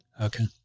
Okay